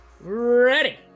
ready